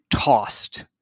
tossed